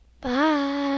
bye